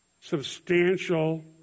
substantial